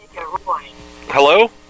hello